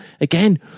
Again